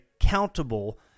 accountable